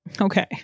Okay